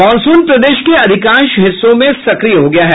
monsoon प्रदेश के अधिकांश हिस्सों में सक्रिय हो गया है